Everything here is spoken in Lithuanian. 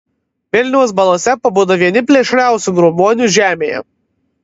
vilniaus balose pabudo vieni plėšriausių grobuonių žemėje